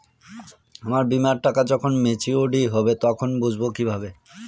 আমার বীমার টাকা যখন মেচিওড হবে তখন বুঝবো কিভাবে?